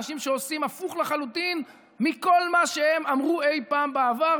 אנשים שעושים הפוך לחלוטין מכל מה שהם אמרו אי פעם בעבר,